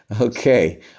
Okay